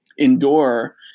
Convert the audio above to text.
Endure